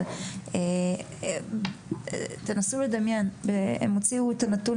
אבל תנסו לדמיין: הם הוציאו את הנתון